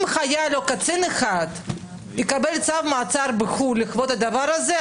אם חייל או קצין אחד יקבל צו מעצר בחו"ל לכבוד הדבר הזה,